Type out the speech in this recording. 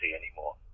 anymore